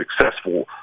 successful